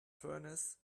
furnace